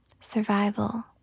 survival